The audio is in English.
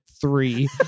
three